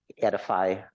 edify